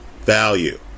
value